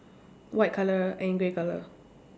white colour and grey colour